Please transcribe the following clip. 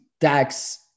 tax